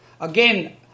Again